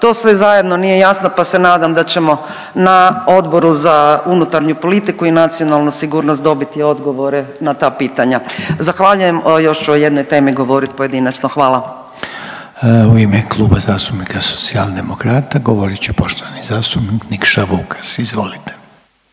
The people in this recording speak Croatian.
to sve zajedno nije jasno pa se nadam da ćemo na Odboru za unutarnju politiku i nacionalnu sigurnost dobiti odgovore na ta pitanja. Zahvaljujem. Još ću o jednoj temi govorit pojedinačno. Hvala. **Reiner, Željko (HDZ)** U ime Kluba zastupnika Socijaldemokrata govorit će poštovani zastupnik Nikša Vukas, izvolite.